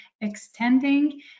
extending